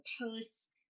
posts